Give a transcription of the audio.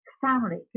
family